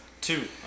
Two